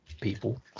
people